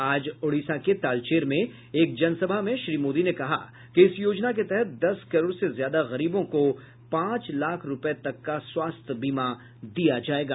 आज ओडिसा के तालचेर में एक जनसभा में श्री मोदी ने कहा कि इस योजना के तहत दस करोड़ से ज्यादा गरीबों को पांच लाख रुपये तक का स्वास्थ्य बीमा दिया जाएगा